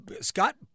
Scott